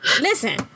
listen